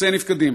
נכסי נפקדים